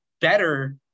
better